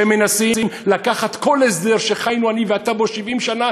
שהם מנסים לקחת כל הסדר שחיינו אתה ואני בו 70 שנה